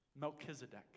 Melchizedek